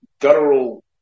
guttural